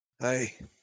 Hey